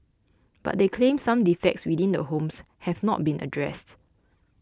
but they claimed some defects within the homes have not been addressed